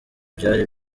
byari